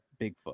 bigfoot